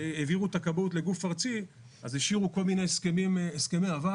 כשהעבירו את הכבאות לגוף ארצי אז השאירו כל מיני הסכמי עבר.